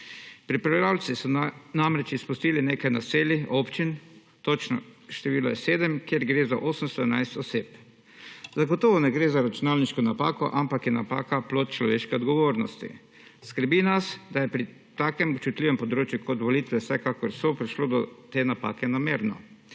Pripravljavci so namreč izpustili nekaj naselij, občin, točno število je 7, kjer gre za 811 oseb. Zagotovo ne gre za računalniško napako, ampak je napaka plod človeške odgovornosti. Skrbi nas, da je pri takem občutljivem področju, kot volitve vsekakor so, prišlo do te napake namerno.